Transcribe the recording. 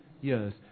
years